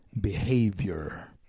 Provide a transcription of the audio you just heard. behavior